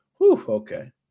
Okay